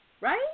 Right